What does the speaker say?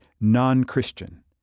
non-Christian